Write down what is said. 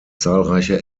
zahlreiche